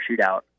shootout